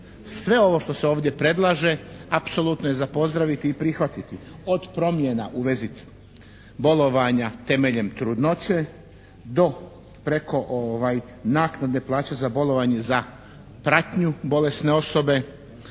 Sve ovo što se ovdje predlaže apsolutno je za pozdraviti i prihvatiti od promjena u vezi bolovanja temeljem trudnoće do preko naknade plaća za bolovanje za pratnju bolesne osobe.